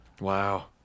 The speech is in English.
Wow